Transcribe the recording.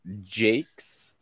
Jake's